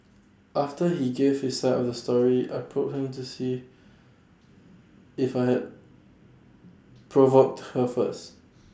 after he gave his side of the story I probed him to see if I had provoked her first